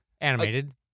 Animated